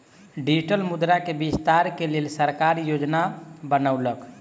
digital मुद्रा के विस्तार के लेल सरकार योजना बनौलक